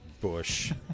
Bush